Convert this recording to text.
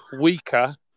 weaker